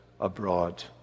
abroad